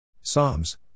Psalms